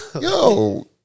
Yo